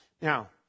Now